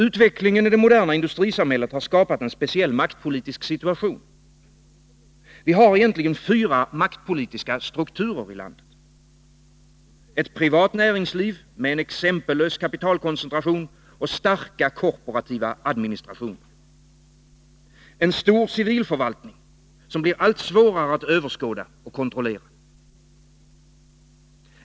Utvecklingen i det moderna industrisamhället har skapat en speciell maktpolitisk situation. Vi har egentligen fyra maktpolitiska strukturer i landet: Ett privat näringsliv med en exempellös kapitalkoncentration och starka korporativa administrationer. En stor civilförvaltning, som blir allt svårare att överskåda och kontrollera.